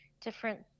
different